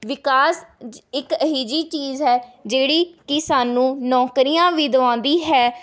ਵਿਕਾਸ ਜ ਇੱਕ ਇਹੋ ਜਿਹੀ ਚੀਜ਼ ਹੈ ਜਿਹੜੀ ਕਿ ਸਾਨੂੰ ਨੌਕਰੀਆਂ ਵੀ ਦਵਾਉਂਦੀ ਹੈ